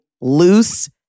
loose